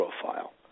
profile